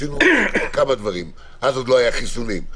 אז עוד לא היו חיסונים.